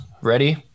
Ready